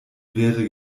wäre